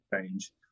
change